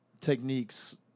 techniques